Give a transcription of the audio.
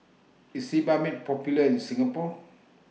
IS Sebamed Popular in Singapore